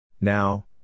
Now